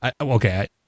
Okay